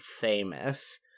famous